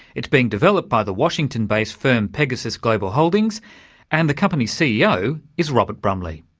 it's being developed by the washington-based firm pegasus global holdings and the company's ceo is robert brumley.